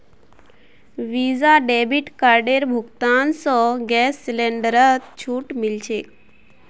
visa debit कार्डेर भुगतान स गैस सिलेंडरत छूट मिल छेक